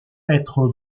être